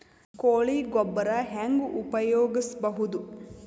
ಕೊಳಿ ಗೊಬ್ಬರ ಹೆಂಗ್ ಉಪಯೋಗಸಬಹುದು?